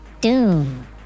Doom